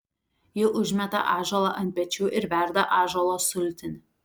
ji užsimeta ąžuolą ant pečių ir verda ąžuolo sultinį